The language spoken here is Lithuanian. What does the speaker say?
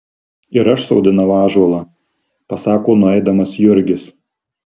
ir aš sodinau ąžuolą pasako nueidamas jurgis